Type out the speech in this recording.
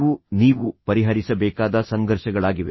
ಇವು ನೀವು ಪರಿಹರಿಸಬೇಕಾದ ಸಂಘರ್ಷಗಳಾಗಿವೆ